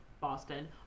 Boston